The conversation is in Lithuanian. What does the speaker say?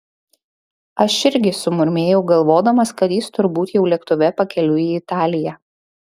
aš irgi sumurmėjau galvodamas kad jis turbūt jau lėktuve pakeliui į italiją